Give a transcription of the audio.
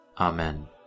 Amen